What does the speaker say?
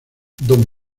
don